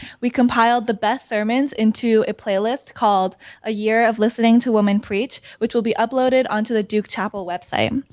we compiled the best sermons into into a playlist called a year of listening to women preach, which will be uploaded onto the duke chapel website.